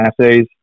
assays